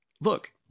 look